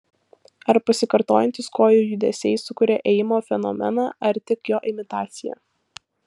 ar pasikartojantys kojų judesiai sukuria ėjimo fenomeną ar tik jo imitaciją